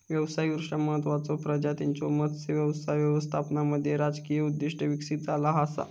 व्यावसायिकदृष्ट्या महत्त्वाचचो प्रजातींच्यो मत्स्य व्यवसाय व्यवस्थापनामध्ये राजकीय उद्दिष्टे विकसित झाला असा